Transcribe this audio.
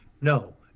No